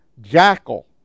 jackal